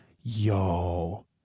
Yo